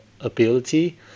ability